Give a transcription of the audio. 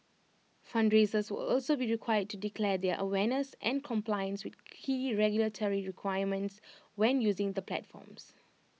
fundraisers will also be required to declare their awareness and compliance with key regulatory requirements when using the platforms